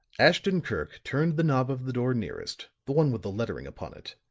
ashton-kirk turned the knob of the door nearest, the one with the lettering upon it.